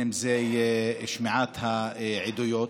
ובין שזה שמיעת העדויות.